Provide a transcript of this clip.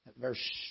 Verse